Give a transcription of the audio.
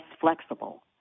flexible